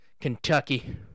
Kentucky